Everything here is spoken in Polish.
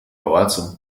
pałacu